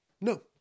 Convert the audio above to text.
no